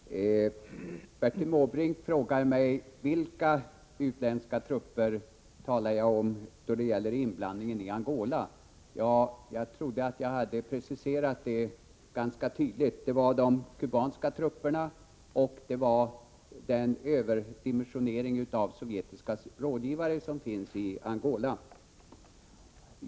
Fru talman! Bertil Måbrink frågar mig vilka utländska trupper jag talar om då det gäller inblandningen i Angola. Jag trodde att jag hade preciserat det ganska tydligt. Det var de kubanska trupperna, och det var överdimensioneringen av sovjetiska rådgivare i Angola.